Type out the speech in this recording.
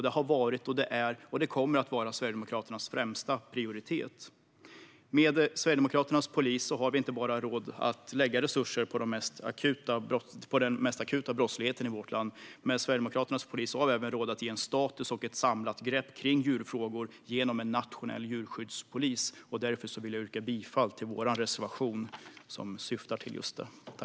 Det har varit, är och kommer att vara Sverigedemokraternas främsta prioritet. Med Sverigedemokraternas polis har vi inte bara råd att lägga resurser på den mest akuta brottsligheten i vårt land. Med Sverigedemokraternas polis har vi även råd att ge en status och ta ett samlat grepp kring djurfrågor genom en nationell djurskyddspolis. Därför vill jag yrka bifall till vår reservation som syftar till just detta.